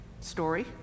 story